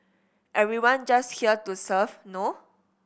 everyone just here to serve no